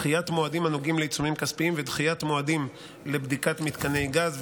דחיית מועדים הנוגעים לעיצומים כספיים ודחיית מועדים לבדיקת מתקני גז,